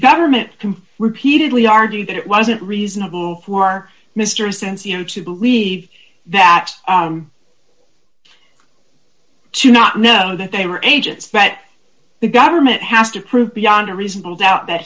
government can repeatedly argue that it wasn't reasonable for mr since you know to believe that to not know that they were agents that the government has to prove beyond a reasonable doubt that